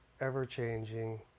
ever-changing